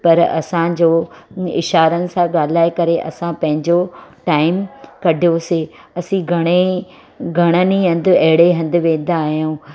पर असांजो इशारनि सां ॻाल्हाए करे असां पंहिंजो टाइम कढियोसीं असां घणे घणनि ई हंधि अहिड़े हंधि वेंदा आहियूं